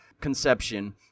conception